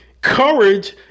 Courage